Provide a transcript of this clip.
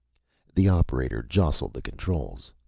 the operator jostled the controls.